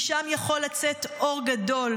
משם יכול לצאת אור גדול.